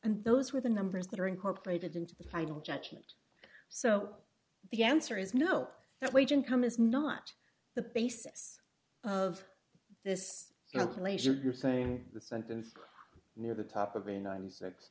and those were the numbers that are incorporated into the final judgement so the answer is no that wage income is not the basis of this laser you're saying the center is near the top of a ninety six